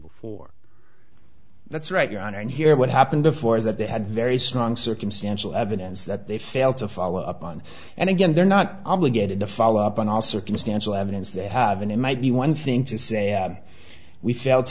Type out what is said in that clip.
before that's right your honor and here what happened before is that they had very strong circumstantial evidence that they failed to follow up on and again they're not obligated to follow up on all circumstantial evidence they have and it might be one thing to say we felt